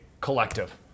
collective